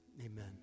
amen